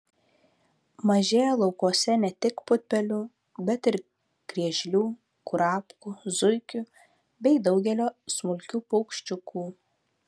mažėja laukuose ne tik putpelių bet ir griežlių kurapkų zuikių bei daugelio smulkių paukščiukų